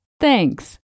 Thanks